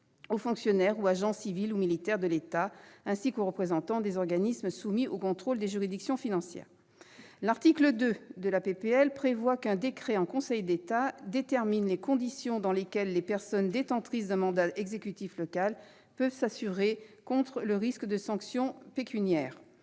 aux fonctionnaires ou agents civils ou militaires de l'État, ainsi qu'aux représentants des organismes soumis au contrôle des juridictions financières. L'article 2 de la proposition de loi prévoit qu'un décret en Conseil d'État détermine les conditions dans lesquelles les personnes détentrices d'un mandat exécutif local peuvent s'assurer contre le risque de sanctions pécuniaires,